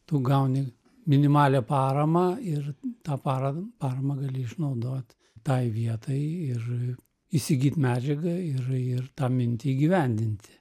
tu gauni minimalią paramą ir tą parą paramą gali išnaudot tai vietai ir įsigyt medžiagą ir ir tą mintį įgyvendinti